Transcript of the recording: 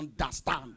understand